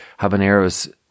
habaneros